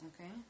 Okay